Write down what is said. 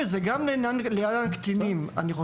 יתרה מזאת, גם לגבי קטינים - לא